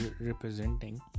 representing